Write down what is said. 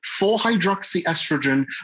4-hydroxyestrogen